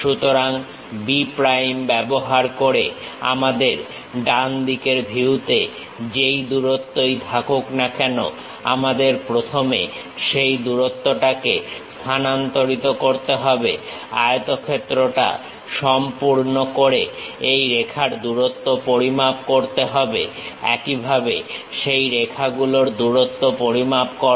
সুতরাং B prime ব্যবহার করে আমাদের ডান দিকের ভিউতে যেই দূরত্বই থাকুক না কেন আমাদের প্রথমে সেই দূরত্বটাকে স্থানান্তরিত করতে হবে আয়তক্ষেত্রটা সম্পূর্ণ করে এই রেখার দূরত্ব পরিমাপ করতে হবে একইভাবে সেই রেখাগুলোর দূরত্ব পরিমাপ করো